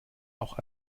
auch